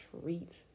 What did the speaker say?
treat